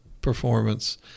performance